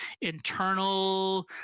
internal